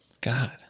God